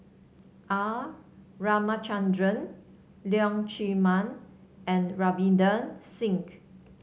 R Ramachandran Leong Chee Mun and Ravinder Singh